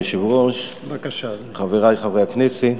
אדוני היושב-ראש, תודה רבה, חברי חברי הכנסת,